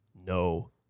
no